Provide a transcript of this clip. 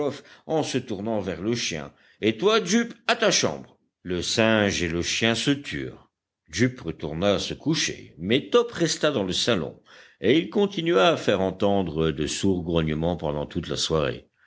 en se tournant vers le chien et toi jup à ta chambre le singe et le chien se turent jup retourna se coucher mais top resta dans le salon et il continua à faire entendre de sourds grognements pendant toute la soirée